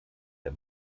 der